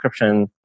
encryption